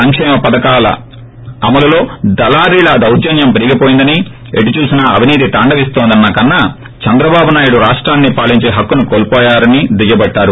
సంకేమ పథకాల్లో దళారీల దౌర్హన్వం పెరిగిపోయిందని ఎటుచూసినా అవినీతి తాండవిస్తోందన్న కన్నా చంద్రబాబు నాయుడు ఈ రాష్టాన్ని పాలించే హక్కుకు కోల్స్యారని దుయ్యబట్టారు